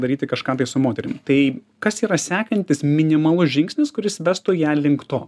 daryti kažką moterim tai kas yra sekantis minimalus žingsnis kuris vestų ją link to